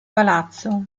palazzo